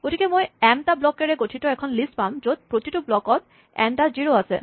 গতিকে মই এম টা ব্লকেৰে গঠিত এখন লিষ্ট পাম য'ত প্ৰতিটো ব্লকত এন টা জিৰ' আছে